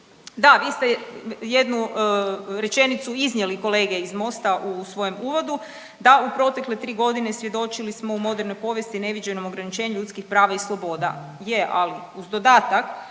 Da, vi ste jednu rečenicu iznijeli kolege iz Mosta u svojem uvodu, da u protekle tri godine svjedočili smo u modernoj povijesti neviđenom ograničenju ljudskih prava i sloboda.